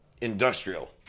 industrial